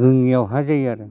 रुङियावहा जायो आरो